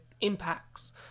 impacts